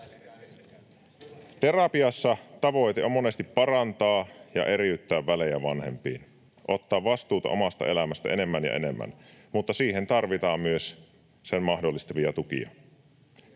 Terapiassa tavoite on monesti parantaa ja eriyttää välejä vanhempiin, ottaa vastuuta omasta elämästä enemmän ja enemmän, mutta siihen tarvitaan myös sen mahdollistavia tukia.